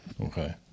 Okay